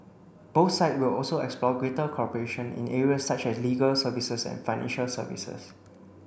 both side will also explore greater cooperation in areas such as legal services and financial services